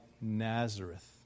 Nazareth